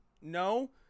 No